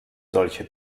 solche